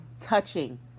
touching